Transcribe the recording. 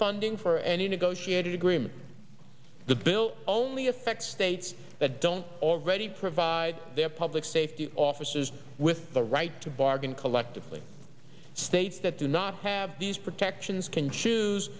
funding for any negotiated agreement the bill only affects states that don't already provide their public safety officers with the right to bargain collectively states that do not have these protections can choose